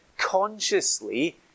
consciously